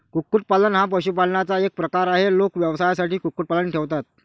कुक्कुटपालन हा पशुपालनाचा एक प्रकार आहे, लोक व्यवसायासाठी कुक्कुटपालन ठेवतात